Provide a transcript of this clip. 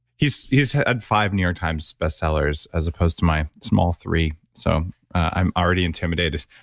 he's he's had five new york times bestsellers as opposed to my small three. so i'm already intimidated.